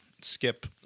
skip